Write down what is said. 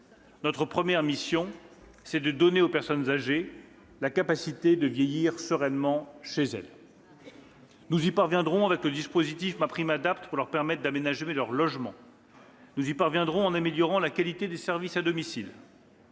Notre première mission, c'est de donner aux personnes âgées la capacité de vieillir sereinement chez elles. Nous y parviendrons avec le dispositif MaPrimeAdapt', pour leur permettre d'aménager leur logement. Nous y parviendrons en améliorant la qualité des services à domicile.